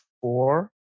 four